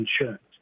insurance